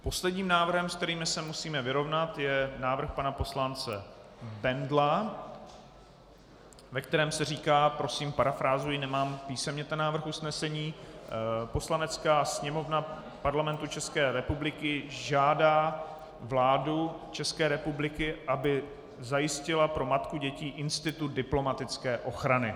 Posledním návrhem, s kterým se musíme vyrovnat, je návrh pana poslance Bendla, ve kterém se říká prosím, parafrázuji, nemám písemně ten návrh usnesení: Poslanecká sněmovna Parlamentu České republiky žádá vládu České republiky, aby zajistila pro matku dětí institut diplomatické ochrany.